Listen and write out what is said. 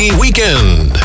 Weekend